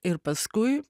ir paskui